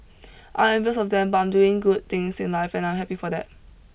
I'm envious of them but I'm doing good things in life and I am happy for that